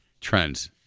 trends